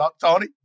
Tony